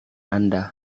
anda